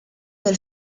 del